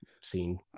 seen